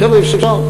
חבר'ה, אפשר.